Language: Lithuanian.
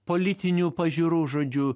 politinių pažiūrų žodžiu